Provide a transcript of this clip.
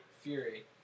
Fury